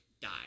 die